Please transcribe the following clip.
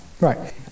Right